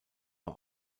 war